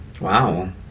wow